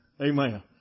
Amen